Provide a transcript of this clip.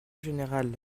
générale